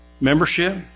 membership